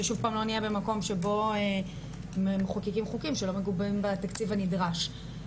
ששוב פעם לא נהיה במקום שבו מחוקקים חוקים שלא מגובים בתקציב הנדרש.